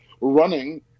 running